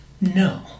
No